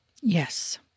Yes